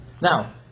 Now